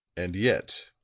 and yet,